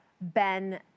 ben